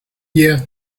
yeah